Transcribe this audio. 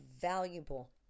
valuable